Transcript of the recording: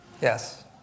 Yes